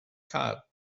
gar